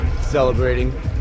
celebrating